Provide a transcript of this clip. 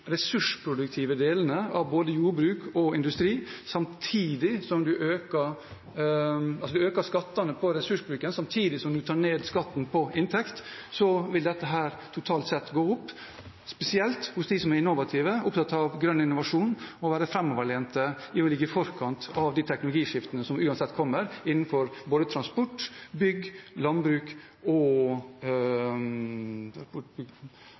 ressursproduktive delene av både jordbruk og industri, altså at en øker skattene på ressursbruken, samtidig som en tar ned skatten på inntekt, så vil dette totalt sett gå opp. Det gjelder spesielt hos de som er innovative, som er opptatt av grønn innovasjon og av å være framoverlente og ligge i forkant av de teknologiskiftene som uansett kommer, innenfor både transport, bygg, landbruk – og